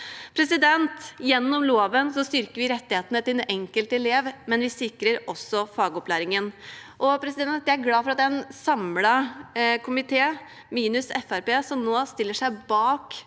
Gjennom loven styrker vi rettighetene til den enkelte elev, men vi sikrer også fagopplæringen. Jeg er glad for at en samlet komité – minus Fremskrittspartiet –